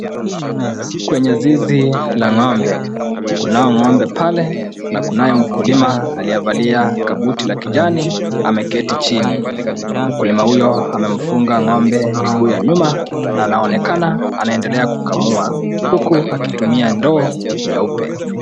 Kwenye zizi la ng'ombe, kunao ng'ombe pale, na kunaye mkulima aliyevalia kabuti la kijani ameketi chini. Mkulima huyo amemfunga ng'ombe miguu ya nyuma, na anaonekana anaendelea kukamua. Huku akitumia ndoo nyeupe.